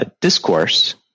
discourse